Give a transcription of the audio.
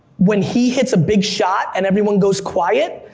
when he hits a big shot and everyone goes quiet,